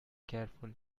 careful